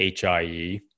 HIE